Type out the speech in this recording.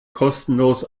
kostenlos